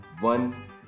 one